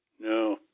No